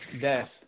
Death